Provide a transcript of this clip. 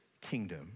kingdom